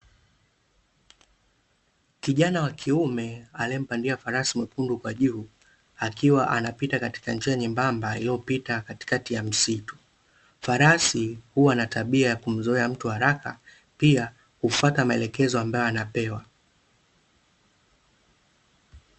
Kijana wa kiume aliempandia farasi mwekundukwa juu, akiwa anapita katika njia nyembamba iliyopita katikati ya msitu. Farasi huwa ana tabia ya kumzooea mtu haraka, pia, hufuata maelekezo ambayo anapewa.